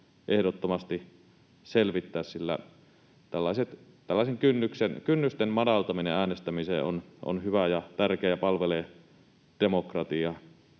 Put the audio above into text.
ehdottomasti selvittää, sillä tällaisten kynnysten madaltaminen äänestämiseen on hyvä ja tärkeä ja palvelee demokratiaa.